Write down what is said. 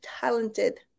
talented